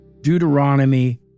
Deuteronomy